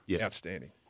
Outstanding